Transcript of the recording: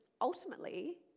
ultimately